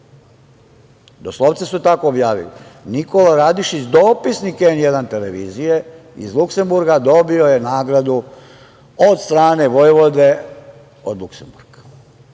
Doslovce su tako objavili. Nikola Radišić, dopisnik N1 televizije iz Luksemburga, dobio je nagradu od strane vojvode od Luksemburga.